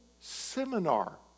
seminar